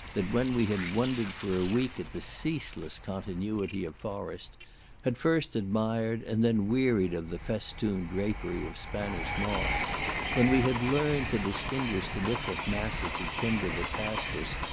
that when we had wondered for a week at the ceaseless continuity of forest had first admired, and then wearied of the festooned drapery of spanish moss when we had learned to distinguish the different masses of timber that passed us,